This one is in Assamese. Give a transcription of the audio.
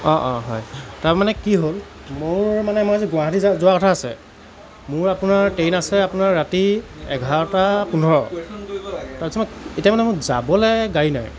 অঁ অঁ হয় তাৰমানে কি হ'ল মোৰ মানে মই আজি গুৱাহাটী যোৱা কথা আছে মোৰ আপোনাৰ ট্ৰেইন আছে আপোনাৰ ৰাতি এঘাৰটা পোন্ধৰ তাৰ পাছত মোৰ এতিয়া মানে মোৰ যাবলৈ গাড়ী নাই